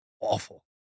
awful